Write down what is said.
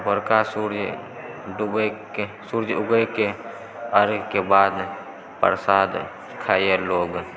भोरका सूर्य डूबयके सूर्य उगयके अर्घ्यके बाद प्रसाद खाइए लोग